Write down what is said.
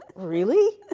really?